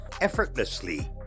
effortlessly